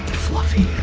fluffy!